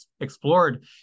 explored